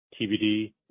TBD